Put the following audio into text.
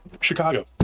Chicago